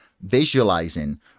visualizing